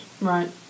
right